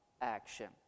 action